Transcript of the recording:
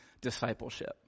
discipleship